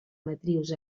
matrius